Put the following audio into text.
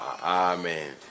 amen